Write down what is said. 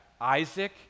Isaac